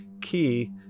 key